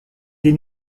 des